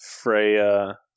Freya